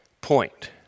point